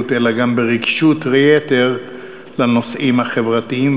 אלא גם ברגישות יתר לנושאים החברתיים,